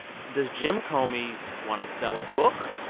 does jim comey want to sell a book,